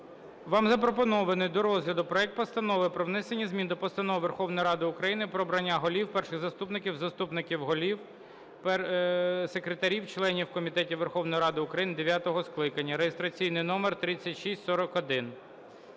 Вам запропонований до розгляду проект Постанови про внесення змін до Постанови Верховної Ради України "Про обрання голів, перших заступників, заступників голів, секретарів, членів комітетів Верховної Ради України дев’ятого скликання" (реєстраційний номер 3641).